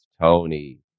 Tony